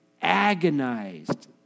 agonized